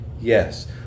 Yes